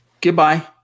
Goodbye